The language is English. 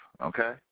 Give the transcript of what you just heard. okay